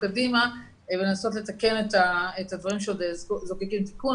קדימה ולנסות לתקן את הדברים שעוד זקוקים לתיקון.